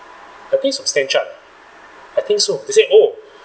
I think is from stan chart I think so they say oh